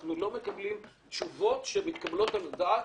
אנחנו לא מקבלים תשובות שמתקבלות על הדעת.